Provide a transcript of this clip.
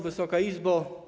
Wysoka Izbo!